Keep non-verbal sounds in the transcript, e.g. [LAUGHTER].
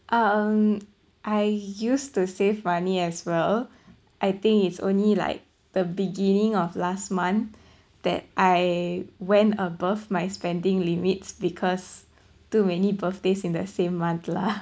um I used to save money as well I think it's only like the beginning of last month that I went above my spending limits because too many birthdays in the same month lah [LAUGHS]